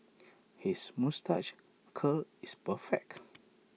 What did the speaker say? his moustache curl is perfect